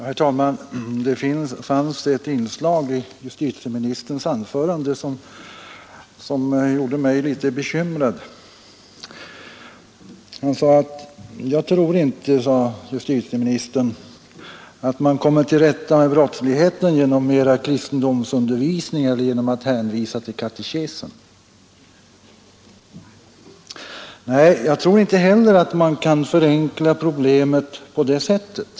Herr talman! Det fanns i justitieministerns anförande ett inslag som gjorde mig litet bekymrad. Jag tror inte, sade justitieministern, att man kommer till rätta med brottsligheten genom mera kristendomsundervisning eller genom att hänvisa till katekesen. Nej, jag tror inte heller att man kan förenkla problemet på det sättet.